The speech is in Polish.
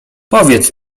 powiedz